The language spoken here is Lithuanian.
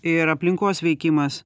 ir aplinkos veikimas